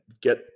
get